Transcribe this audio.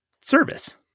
service